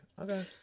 okay